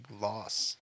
loss